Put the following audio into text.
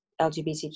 LGBTQ